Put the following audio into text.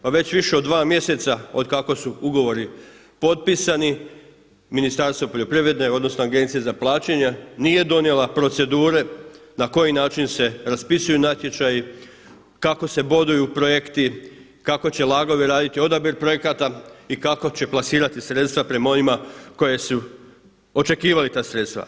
Pa već više od dva mjeseca od kako su ugovori potpisani Ministarstvo poljoprivrede, odnosno Agencije za plaćanja nije donijela procedure na koji način se raspisuju natječaji, kako se boduju projekti, kako će LAG-ovi raditi odabir projekata i kako će plasirati sredstva prema onima koji su očekivali ta sredstva.